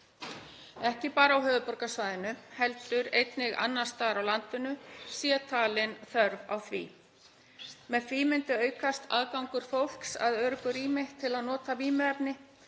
ekki bara á höfuðborgarsvæðinu heldur einnig annars staðar á landinu sé talin þörf á því. Með því myndi aukast aðgangur fólks að öruggu rými til að nota vímuefni